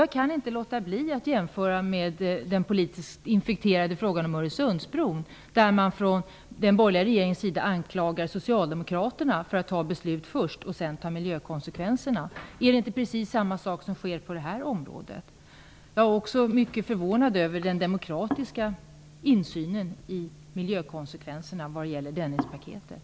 Jag kan inte låta bli att jämföra med den politiskt infekterade frågan om Öresundsbron, där man från den borgerliga regeringens sida anklagar Socialdemokraterna för att fatta beslut först och sedan ta miljökonsekvenserna. Är det inte precis samma sak som sker i den här frågan? Jag är också mycket förvånad över vilka möjligheter som ges till demokratisk insyn i miljökonsekvenserna vad gäller Dennispaketet.